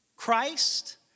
Christ